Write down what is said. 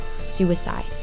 suicide